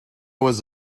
was